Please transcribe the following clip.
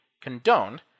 condoned